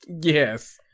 Yes